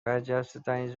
برجستهترین